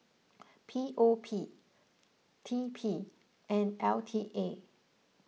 P O P T P and L T A